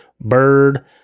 bird